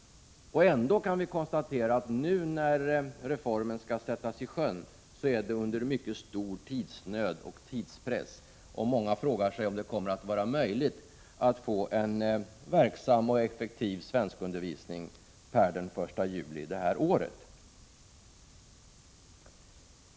Ändå kan vi konstatera att det är under mycket stor tidspress som reformen nu skall sättas i sjön. Många frågar sig om det kommer att vara möjligt att få en verksam och effektiv svenskundervisning per den 1 juli detta år.